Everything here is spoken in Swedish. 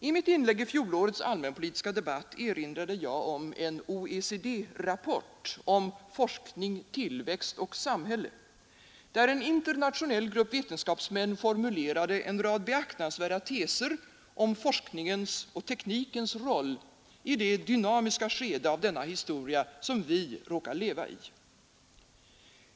I mitt inlägg i fjolårets allmänpolitiska debatt erinrade jag om en OECD-rapport om forskning, tillväxt och samhälle, där en internationell grupp vetenskapsmän formulerade en rad beaktansvärda teser om forskningens och teknikens roll i det dynamiska skede av denna historia som vi råkar leva i.